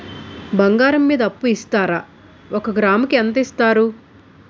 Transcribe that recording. బంగారం మీద అప్పు ఇస్తారా? ఒక గ్రాము కి ఎంత ఇస్తారు?